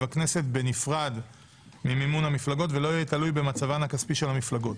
הכנסת בנפרד ממימון המפלגות ולא יהיה תלוי במצבן הכספי של המפלגות.